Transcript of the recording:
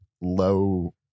low